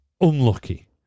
unlucky